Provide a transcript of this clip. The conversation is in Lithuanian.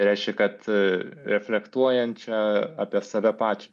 reiškia kad reflektuojančią apie save pačią